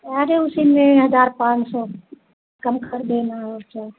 अरे उसी में हजार पाँच सौ में कम कर देना और क्या